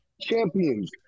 champions